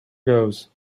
goes